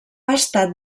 estat